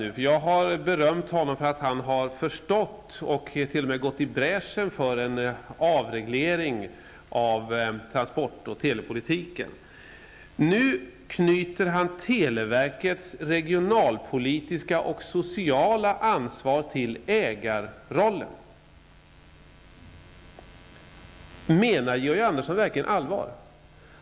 Tidigare har jag berömt honom för att han har förstått och t.o.m. gått i bräschen för en avreglering av transport och telepolitiken. Nu knyter han televerkets regionalpolitiska och sociala ansvar till ägarrollen. Menar Georg Andersson verkligen allvar?